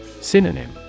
Synonym